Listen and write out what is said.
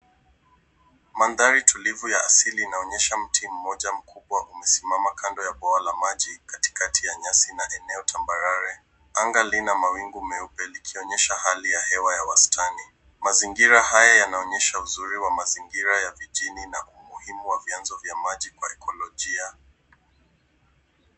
Mandhari tulivu ya asili inaonyesha mti mmoja mkubwa umesimama kando ya bwawa la maji katikati ya nyasi na eneo tambarare. Anga lina mawingu meupe likionyesha hali ya hewa ya wastani. Mazingira haya yanaonyesha uzuri wa mazingira ya mijini na umuhimu wa vyanzo vya maji kwa ekolojia.